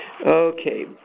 Okay